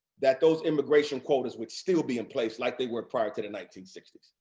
that those immigration quotas would still be in place like they were prior to the nineteen sixty s.